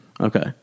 okay